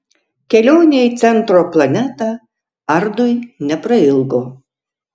kelionė į centro planetą ardui neprailgo